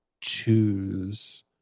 choose